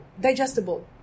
Digestible